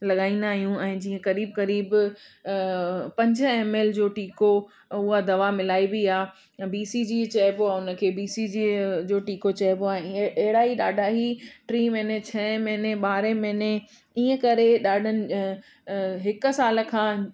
लॻाईंदा आहियूं ऐं जीअं करीब करीब अ पंज एम एल जो टीको उहा दवा मिलाइबी आहे ऐं बी सी जी चइबो आहे उनखे बी सी जी जो टीको चइबो आहे ईअं अहिड़ा ई ॾाढा ही टी महीने छह महीने ॿारहें महीने ईअं करे ॾाढनि हिकु साल खां